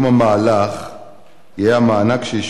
(הגדלת מענק השחרור),